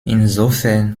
insofern